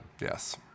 Yes